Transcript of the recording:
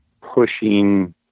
pushing